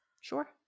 sure